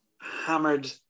hammered